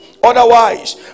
otherwise